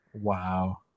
Wow